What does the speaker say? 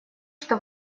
что